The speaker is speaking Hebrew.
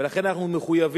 ולכן אנחנו מחויבים,